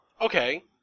okay